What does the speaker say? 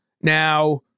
Now